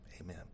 amen